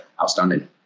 outstanding